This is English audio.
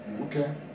Okay